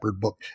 book